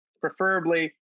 preferably